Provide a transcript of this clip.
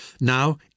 Now